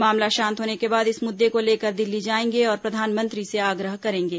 मामला शांत होने के बाद इस मुद्दे को लेकर दिल्ली जाएंगे और प्रधानमंत्री से आग्रह करेंगे